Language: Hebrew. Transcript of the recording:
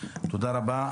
תודה רבה.